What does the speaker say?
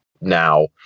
now